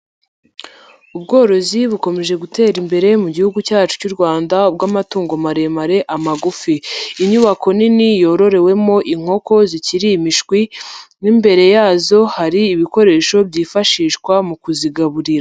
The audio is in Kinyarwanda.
Ubworozi bukomeje gutera imbere mu gihugu cyacu cy'u Rwanda ,ubwo amatungo maremare amagufi ,inyubako nini yororewemo inkoko zikiri imishwi ,n'imbere yazo hari ibikoresho byifashishwa mu kuzigaburira.